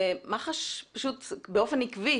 ומח"ש פשוט באופן עקבי,